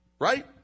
Right